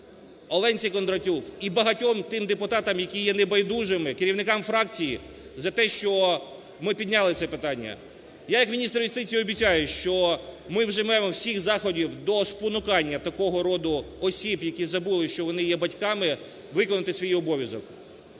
Оленці Кондратюк і багатьом тим депутатам, які є не байдужими, керівникам фракцій за те, що ми підняли це питання. Я як міністр юстиції обіцяю, що ми вживаємо всіх заходів до спонукання такого роду осіб, які забули, що вони є батьками, виконати свій обов'язок.